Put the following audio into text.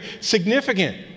significant